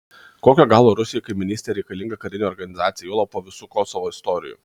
kokio galo rusijai kaimynystėje reikalinga karinė organizacija juolab po visų kosovo istorijų